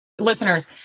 listeners